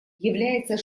является